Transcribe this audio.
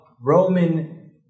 Roman